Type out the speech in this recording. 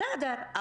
בסדר,